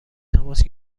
تماس